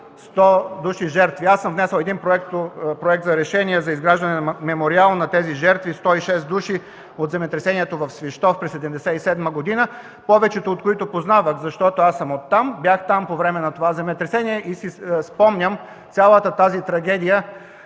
100 души жертви. Аз съм внесъл Проект за решение за изграждане на мемориал на тези жертви – 106 души, от земетресението в Свищов през 1977 г., повечето от които познавах, защото аз съм оттам. Бях там по време на това земетресение и си спомням цялата трагедия